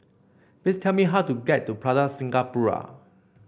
please tell me how to get to Plaza Singapura